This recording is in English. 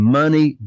money